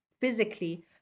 physically